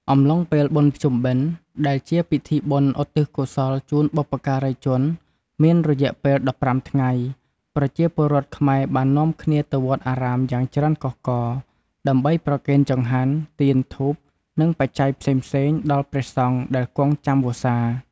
អំឡុងពេល បុណ្យភ្ជុំបិណ្ឌ ដែលជាពិធីបុណ្យឧទ្ទិសកុសលជូនបុព្វការីជន មានរយៈពេល ១៥ ថ្ងៃ ប្រជាពលរដ្ឋខ្មែរបាននាំគ្នាទៅវត្តអារាមយ៉ាងច្រើនកុះករ ដើម្បីប្រគេនចង្ហាន់ ទៀនធូប និងបច្ច័យផ្សេងៗ ដល់ព្រះសង្ឃដែលគង់ចាំវស្សា។